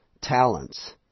talents